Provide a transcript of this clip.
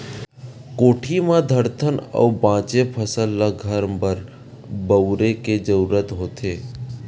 कोठी म धरथन अउ बाचे फसल ल घर बर बउरे के जरूरत होथे